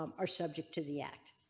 um are subject to the act.